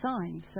signs